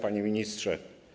Panie Ministrze!